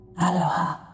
Aloha